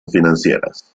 financieras